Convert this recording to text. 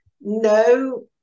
No